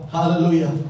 Hallelujah